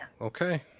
okay